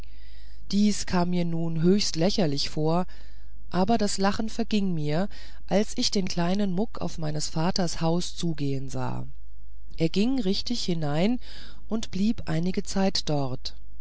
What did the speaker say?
dies kam mir nun höchst lächerlich vor aber das lachen verging mir als ich den kleinen muck auf meines vaters haus zugehen sah er ging richtig hinein und blieb einige zeit dort